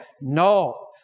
no